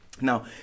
Now